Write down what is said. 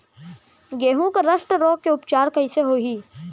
गेहूँ के रस्ट रोग के उपचार कइसे होही?